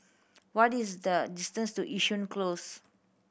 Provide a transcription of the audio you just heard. what is the distance to Yishun Close